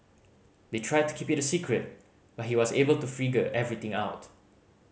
they tried to keep it a secret but he was able to figure everything out